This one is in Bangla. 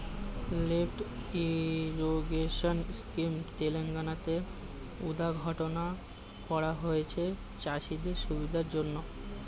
লিফ্ট ইরিগেশন স্কিম তেলেঙ্গানা তে উদ্ঘাটন করা হয়েছে চাষিদের সুবিধার জন্যে